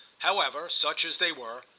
however, such as they were,